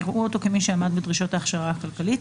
יראו אותו כמי שעמד בדרישות ההכשרה הכלכלית,